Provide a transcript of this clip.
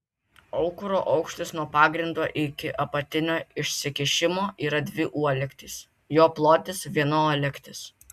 aukuro aukštis nuo pagrindo iki apatinio išsikišimo yra dvi uolektys jo plotis viena uolektis